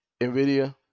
nvidia